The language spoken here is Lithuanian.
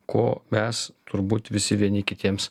ko mes turbūt visi vieni kitiems